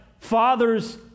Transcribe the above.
father's